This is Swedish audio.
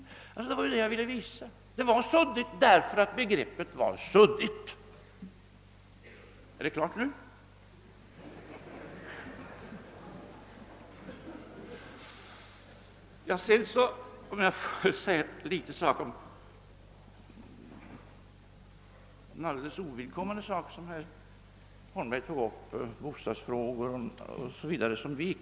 Hayek var pappa till tankarna.